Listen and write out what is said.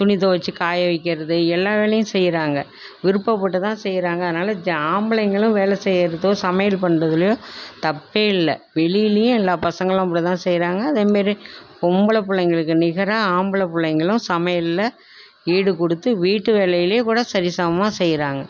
துணி துவைச்சி காய வைக்கிறது எல்லா வேலையும் செய்கிறாங்க விருப்பப்பட்டுதான் செய்கிறாங்க அதனால ஆம்பளைங்களும் வேலை செய்கிறதோ சமையல் பண்ணுறதுலயோ தப்பே இல்லை வெளிலேயும் எல்லா பசங்களும் அப்படிதான் செய்கிறாங்க அதேமாதிரி பொம்பளைப் பிள்ளைங்களுக்கு நிகராக ஆம்பளைப் பிள்ளங்களும் சமையலில் ஈடு கொடுத்து வீட்டு வேலைலேயும் கூட சரிசமமாக செய்கிறாங்க